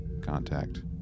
contact